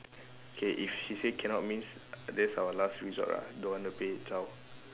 okay if she say cannot means that's our last resort lah don't want the pay zao